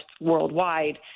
worldwide